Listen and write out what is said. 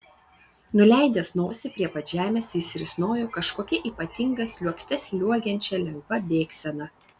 nuleidęs nosį prie pat žemės jis risnojo kažkokia ypatinga sliuogte sliuogiančia lengva bėgsena